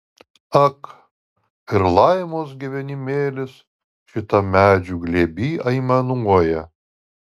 ak ir laimos gyvenimėlis šitam medžių glėby aimanuoja